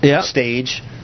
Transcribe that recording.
stage